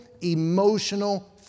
emotional